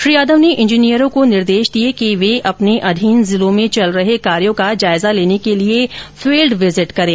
श्री यादव ने इंजीनियरों को निर्देश दिए कि वे अपने अधीन जिलों में चल रहे कार्यों का जायजा लेने के लिए फिल्ड विजिट करें